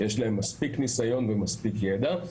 יש להן מספיק ניסיון ומספיק ידע.